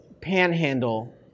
panhandle